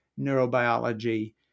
neurobiology